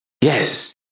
Yes